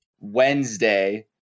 Wednesday